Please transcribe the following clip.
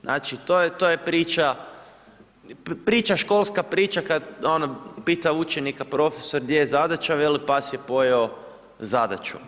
Znači, to je priča, priča, školska priča, kad ono pita učenika profesor gdje je zadaća, veli pas je pojeo zadaću.